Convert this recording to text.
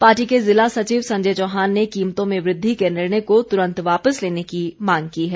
party के ज़िला सचिव संजय चौहान ने कीमतों में वृद्धि के निर्णय को तुरंत वापस लेने की मांग की है